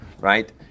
right